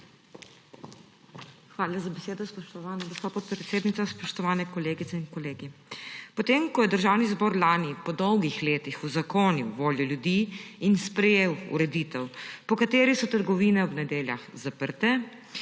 Hvala za besedo, spoštovana gospa podpredsednica. Spoštovani kolegice in kolegi! Potem ko je Državni zbor lani po dolgih letih uzakonil voljo ljudi in sprejel ureditev, po kateri so trgovine ob nedeljah zaprte,